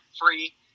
free